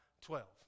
twelve